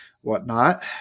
whatnot